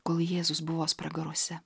kol jėzus buvos pragaruose